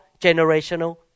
generational